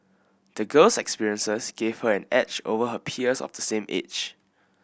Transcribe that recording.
the girl's experiences gave her an edge over her peers of the same age